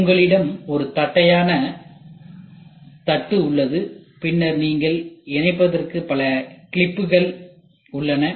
எனவே உங்களிடம் ஒரு தட்டையான தட்டு உள்ளது பின்னர் நீங்கள் இணைப்பதற்கு பல கிளிப்புகள் உள்ளன